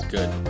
Good